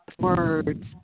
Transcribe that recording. words